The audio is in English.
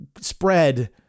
spread